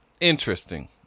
interesting